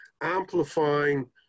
amplifying